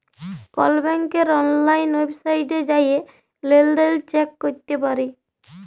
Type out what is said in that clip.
call ব্যাংকের অললাইল ওয়েবসাইটে জাঁয়ে লেলদেল চ্যাক ক্যরতে পারি